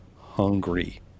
hungry